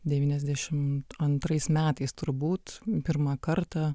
devyniasdešimt antrais metais turbūt pirmą kartą